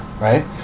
right